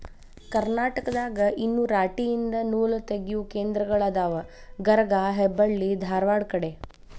ಕರ್ನಾಟಕದಾಗ ಇನ್ನು ರಾಟಿ ಯಿಂದ ನೂಲತಗಿಯು ಕೇಂದ್ರಗಳ ಅದಾವ ಗರಗಾ ಹೆಬ್ಬಳ್ಳಿ ಧಾರವಾಡ ಕಡೆ